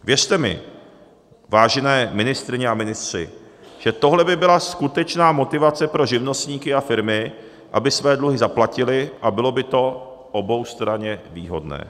Věřte mi, vážené ministryně a ministři, že tohle by byla skutečná motivace pro živnostníky a firmy, aby své dluhy zaplatili, a bylo by to oboustranně výhodné.